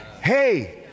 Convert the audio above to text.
Hey